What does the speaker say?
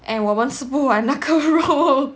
and 我们吃不完那个肉